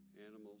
animals